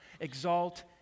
exalt